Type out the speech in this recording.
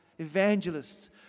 evangelists